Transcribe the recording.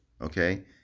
Okay